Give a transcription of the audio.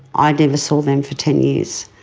i never saw them for ten years,